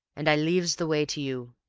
and i leaves the way to you.